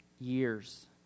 years